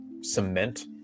cement